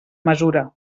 mesura